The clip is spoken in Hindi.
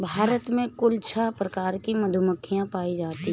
भारत में कुल छः प्रकार की मधुमक्खियां पायी जातीं है